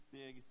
big